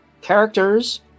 characters